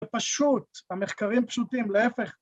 ‫זה פשוט, המחקרים פשוטים, להפך...